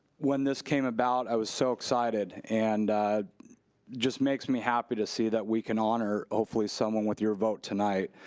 when this came about i was so excited and it just makes me happy to see that we can honor, hopefully, someone with your vote tonight.